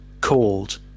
called